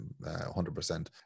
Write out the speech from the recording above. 100%